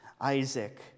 isaac